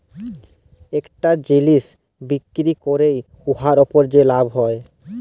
ইকটা জিলিস বিক্কিরি ক্যইরে উয়ার উপর যে লাভ হ্যয়